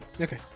Okay